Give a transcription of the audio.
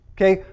Okay